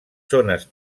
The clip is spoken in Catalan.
zones